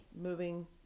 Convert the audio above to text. moving